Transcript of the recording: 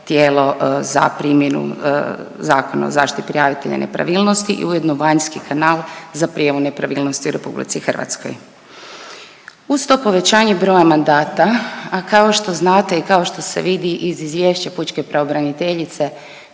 tijelo za primjenu Zakona o zaštiti prijavitelja i nepravilnosti i ujedno vanjski kanal za prijavu nepravilnosti u RH. Uz to povećanje broja mandata, a kao što znate i kao što ste vidi iz izvješća Pučke pravobraniteljice